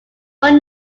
one